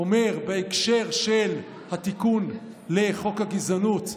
בהקשר של התיקון לחוק הגזענות,